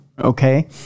okay